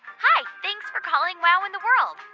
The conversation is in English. hi. thanks for calling wow in the world.